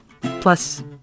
Plus